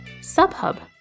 Subhub